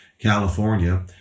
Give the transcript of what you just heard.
California